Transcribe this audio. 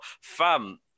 fam